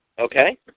Okay